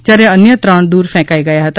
જ્યારે અન્ય ત્રણ દૂર ફેંકાઈ ગયા હતા